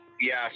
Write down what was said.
Yes